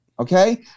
Okay